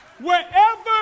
Wherever